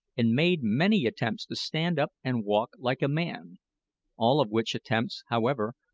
and made many attempts to stand up and walk like a man all of which attempts, however,